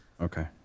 Okay